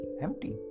empty